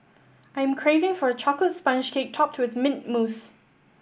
I'm craving for a chocolate sponge cake topped with mint mousse